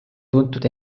tuntud